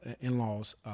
in-laws